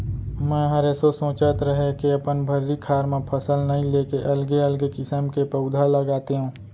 मैंहर एसो सोंचत रहें के अपन भर्री खार म फसल नइ लेके अलगे अलगे किसम के पउधा लगातेंव